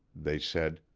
they said,